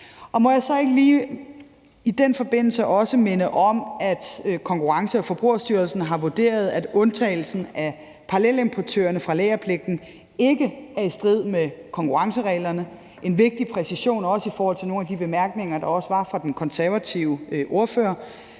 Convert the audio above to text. Må jeg så ikke lige i den forbindelse også minde om, at Konkurrence- og Forbrugerstyrelsen har vurderet, at undtagelsen af parallelimportørerne fra lagerpligten ikke er i strid med konkurrencereglerne. Det er også en vigtig præcision i forhold til nogle af de bemærkninger, der også var fra den konservative ordfører.